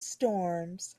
storms